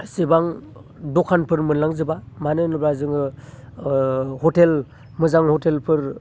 एसेबां दखानफोर मोनलांजोबा मानो होनोब्ला जोङो हटेल मोजां हटेलफोर